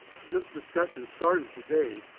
this discussion started today.